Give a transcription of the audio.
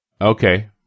Okay